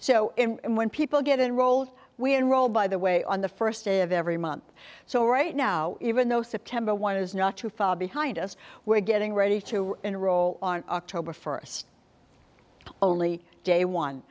so when people get enrolled we enroll by the way on the first day of every month so right now even though september one is not too far behind us we're getting ready to enroll on october first only day one